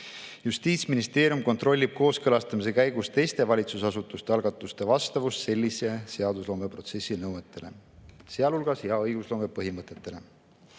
Justiitsministeerium kontrollib kooskõlastamise käigus teiste valitsusasutuste algatuste vastavust sellise seadusloomeprotsessi nõuetele, sealhulgas hea õigusloome põhimõtetele.